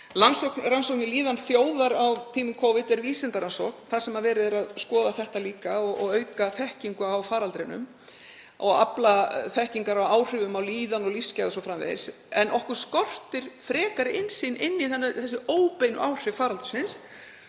Rannsóknin Líðan þjóðar á tímum Covid er vísindarannsókn þar sem verið er að skoða þetta líka, auka þekkingu á faraldrinum og afla þekkingar á áhrifum á líðan og lífsgæði o.s.frv. En okkur skortir frekari innsýn í þessi óbeinu áhrif faraldursins.